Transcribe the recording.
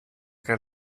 get